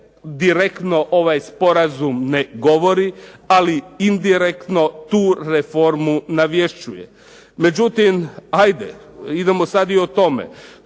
direktno ovaj sporazum ne govori, ali indirektno tu reformu navješćuje. Međutim, ajde idemo sad i o tome